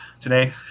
today